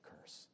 curse